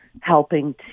helping